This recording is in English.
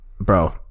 Bro